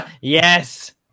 Yes